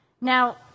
Now